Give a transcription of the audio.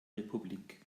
republik